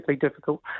difficult